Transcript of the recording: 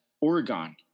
Oregon